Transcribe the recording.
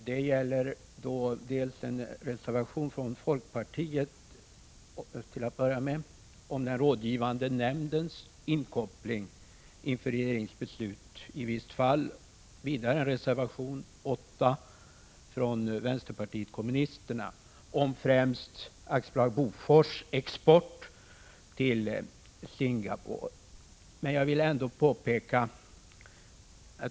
Det är dels en reservation från folkpartiet om den rådgivande nämndens inkoppling inför regeringsbeslut i visst fall, dels en reservation, nr 8 från vänsterpartiet kommunisterna om främst AB Bofors export av vapen till Singapore.